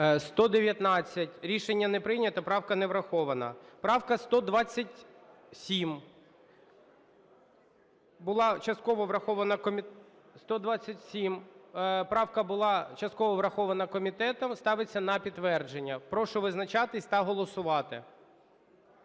За-119 Рішення не прийнято. Правка не врахована. Правка 127, була частково врахована комітетом, ставиться на підтвердження. Прощу визначатися та голосувати.